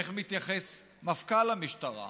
איך מתייחס מפכ"ל המשטרה,